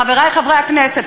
חברי חברי הכנסת,